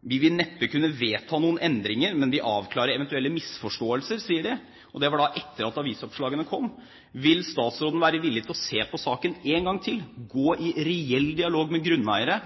«Me vil vel neppe kunne vedta noko, men avklare eventuelle misforståingar.» Dette var etter at avisoppslagene kom. Vil statsråden være villig til å se på saken en gang til – gå i reell dialog med grunneiere